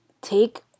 take